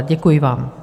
Děkuji vám.